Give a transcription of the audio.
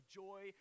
joy